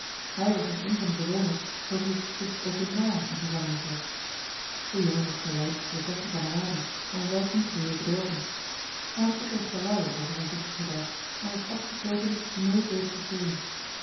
hij was nog een van de bewoners voor wie het gesticht ook in naam eene gevangenis was de jongen was verleid door slechte kameraden maar zelf niet geheel bedorven hij had oprecht berouw over zijn vroeger gedrag en was vast besloten nooit weder te stelen